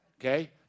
Okay